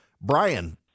Brian